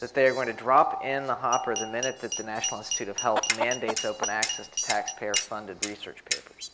that they're going to drop in the hopper the minute that the national institute of health mandates open access to taxpayer funded research papers.